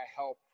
help